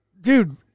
Dude